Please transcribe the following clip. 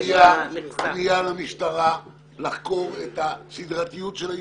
צריכה להיות פנייה למשטרה לחקור אתה סדרתיות של האיש,